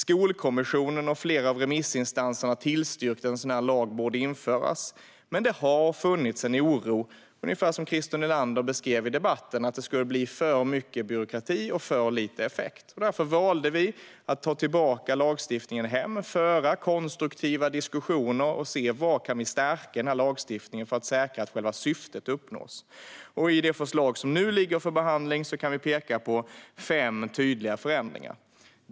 Skolkommissionen och flera av remissinstanserna tillstyrkte att en sådan lag skulle införas, men det har funnits en oro för att det skulle bli för mycket byråkrati och för lite effekt, ungefär som Christer Nylander beskrev det i debatten. Därför valde vi att ta tillbaka lagstiftningsförslaget, föra konstruktiva diskussioner och se vad vi kunde stärka i lagstiftningen för att säkra att själva syftet uppnås. I det förslag som nu är föremål för behandling kan vi peka på fem tydliga förändringar.